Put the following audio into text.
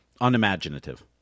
unimaginative